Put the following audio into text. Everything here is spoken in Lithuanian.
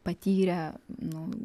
patyrė nu